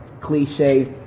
cliche